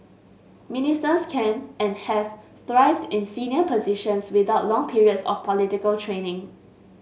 ministers can and have thrived in senior positions without long periods of political training